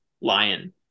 lion